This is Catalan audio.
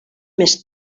més